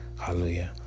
hallelujah